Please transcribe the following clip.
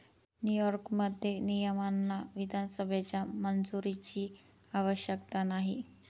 न्यूयॉर्कमध्ये, नियमांना विधानसभेच्या मंजुरीची आवश्यकता नाही